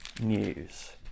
news